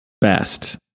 best